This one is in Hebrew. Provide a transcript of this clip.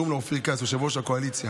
וקוראים לו אופיר כץ, יושב-ראש הקואליציה.